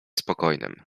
spokojnym